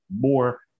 more